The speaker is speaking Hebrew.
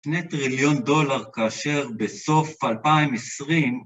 2 טריליון דולר כאשר בסוף 2020